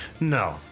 No